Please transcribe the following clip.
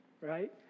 right